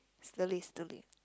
slowly slowly